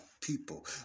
people